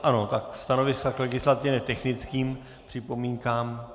Ano, stanoviska k legislativně technickým připomínkám.